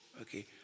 Okay